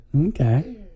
okay